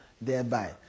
thereby